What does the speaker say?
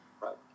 Right